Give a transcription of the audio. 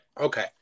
okay